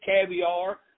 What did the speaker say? caviar